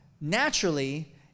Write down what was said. naturally